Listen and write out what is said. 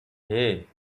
hey